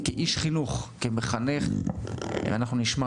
כאיש חינוך וכמחנך אני מכיר